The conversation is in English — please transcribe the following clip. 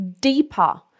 deeper